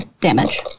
damage